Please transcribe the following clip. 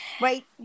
wait